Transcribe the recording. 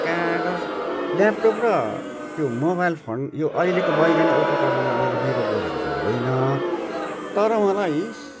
कागज ल्यापटप र त्यो मोबाइल फोन यो अहिलेको वैज्ञानिक उपकरणलाई मैले विरोध गरेको चाहिँ होइन तर मलाई